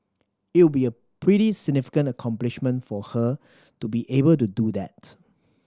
it would be a pretty significant accomplishment for her to be able to do that